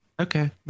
Okay